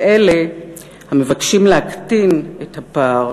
על אלה המבקשים להקטין את הפער